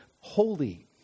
Holy